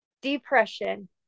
depression